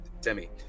Demi